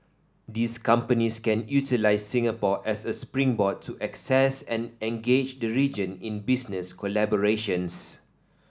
these companies can utilise Singapore as a springboard to access and engage the region in business collaborations